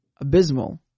Abysmal